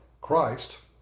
Christ